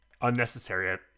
unnecessary